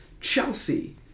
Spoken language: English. Chelsea